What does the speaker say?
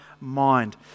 mind